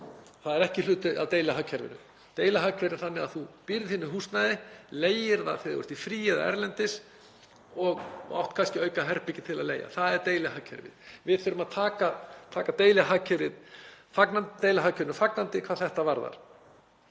Það er ekki hluti af deilihagkerfinu. Deilihagkerfið er þannig að þú býrð þínu húsnæði, leigir það út þegar þú ert í fríi eða erlendis og átt kannski aukaherbergi til að leigja. Það er deilihagkerfið. Við þurfum að taka deilihagkerfinu fagnandi hvað þetta varðar.